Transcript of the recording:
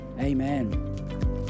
Amen